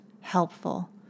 helpful